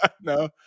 No